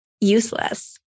useless